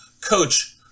Coach